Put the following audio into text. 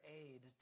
aid